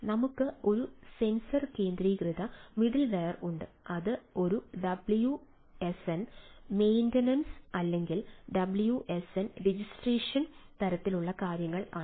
നമുക്ക് ഒരു സെൻസർ കേന്ദ്രീകൃത മിഡിൽവെയർ ഉണ്ട് അത് ഒരു ഡബ്ല്യുഎസ്എൻ മെയിൻറനൻസ് അല്ലെങ്കിൽ ഡബ്ല്യുഎസ്എൻ രജിസ്ട്രേഷൻ തരത്തിലുള്ള കാര്യങ്ങൾ ആണ്